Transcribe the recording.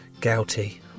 Gouty